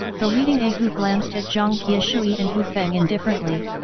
the leading a hu glanced at jiang qiushui and hu feng indifferently,